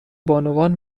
بانوان